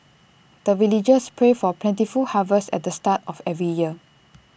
the villagers pray for plentiful harvest at the start of every year